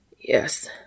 Yes